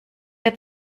der